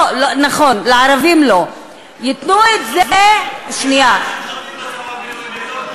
לא, נכון, לערבים לא, ייתנו את זה, שמשרתים בצבא,